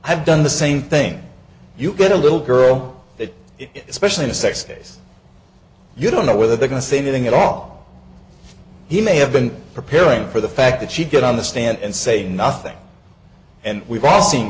i've done the same thing you get a little girl that is special in a sex case you don't know whether they're going to say anything at all he may have been preparing for the fact that she get on the stand and say nothing and we've all seen